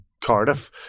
Cardiff